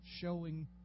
showing